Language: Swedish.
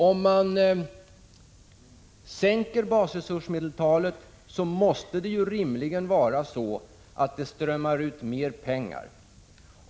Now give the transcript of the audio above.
Om man sänker basresursmedeltalet måste det rimligen innebära att det strömmar ut mer pengar.